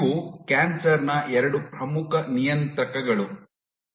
ಇವು ಕ್ಯಾನ್ಸರ್ ನ ಎರಡು ಪ್ರಮುಖ ನಿಯಂತ್ರಕಗಳು ಉಲ್ಲೇಖ ಸಮಯ 0237